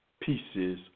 pieces